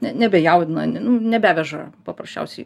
ne nebejaudina nu nebeveža paprasčiausiai